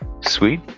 Sweet